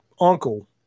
uncle